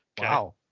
Wow